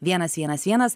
vienas vienas vienas